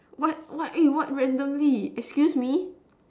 what what eh what randomly excuse me